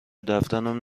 دفترم